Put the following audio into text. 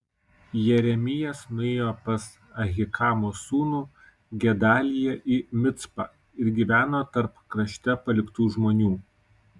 jeremijas nuėjo pas ahikamo sūnų gedaliją į micpą ir gyveno tarp krašte paliktų žmonių